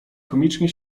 komicznie